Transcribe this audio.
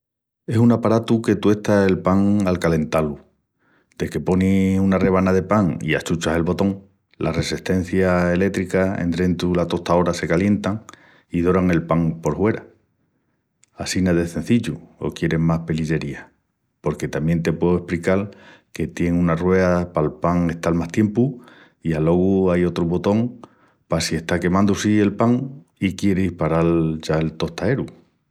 Es un aparatu que tuesta el pan al calentá-lu. Deque ponis una rebaná de pan i achuchas el botón, las ressestencias elétricas endrentu la tostaora se calientan i doran el pan por huera. Assina de cenzillu o quieris más pelillerías? Porque tamién te pueu esprical que tien una ruea pal pan estal más tiempu i alogu ai otru botón pa si está quemandu el pan i quieris paral ya el tostaeru.